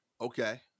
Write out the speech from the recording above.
Okay